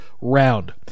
round